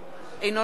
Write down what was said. אינו נוכח